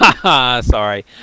Sorry